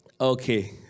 Okay